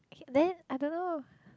then I don't know